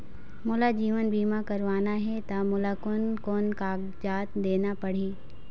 मोला जीवन बीमा करवाना हे ता मोला कोन कोन कागजात देना पड़ही?